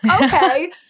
okay